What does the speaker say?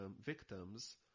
victims